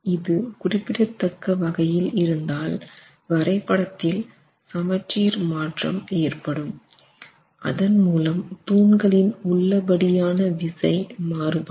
இது குறிப்பிடத்தக்க வகையில் இருந்தால் வரைபடத்தில் சமச்சீர் மாற்றம் ஏற்படும் அதன் மூலம் தூண்களின் உள்ள படியான விசை மாறுபடும்